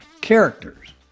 Characters